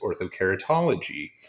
orthokeratology